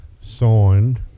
signed